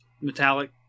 metallic